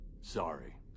Sorry